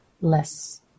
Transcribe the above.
less